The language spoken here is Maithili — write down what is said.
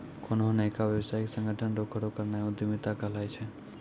कोन्हो नयका व्यवसायिक संगठन रो खड़ो करनाय उद्यमिता कहलाय छै